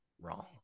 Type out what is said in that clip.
wrong